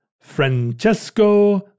Francesco